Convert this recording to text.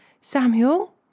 Samuel